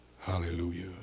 hallelujah